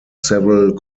several